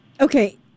Okay